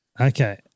Okay